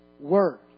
word